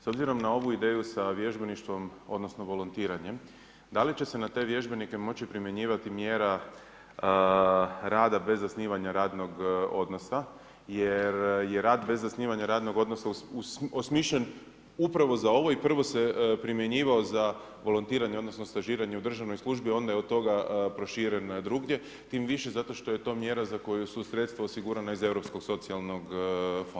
S obzirom na ovu ideju sa vježbeništvom, odnosno volontiranjem da li će se na te vježbenike moći primjenjivati mjera rada bez zasnivanja radnog odnosa jer je rad bez zasnivanja radnog odnosa osmišljen upravo za ovo i prvo se primjenjivao za volontiranje, odnosno stažiranje u državnoj službi a onda je od toga proširen drugdje tim više zato što je to mjera za koju su sredstva osigurana iz Europskog socijalnog fonda.